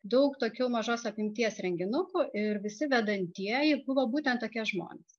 daug tokių mažos apimties renginukų ir visi vedantieji buvo būtent tokie žmonės